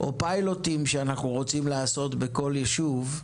או פיילוטים שאנחנו רוצים לעשות בכל יישוב,